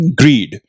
greed